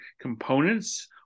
components